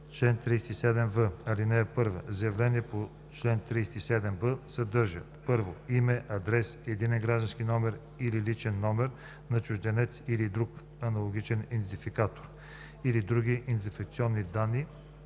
Чл. 37в. (1) Заявлението по чл. 37б съдържа: 1. име, адрес, единен граждански номер или личен номер на чужденец или друг аналогичен идентификатор, или други идентификационни данни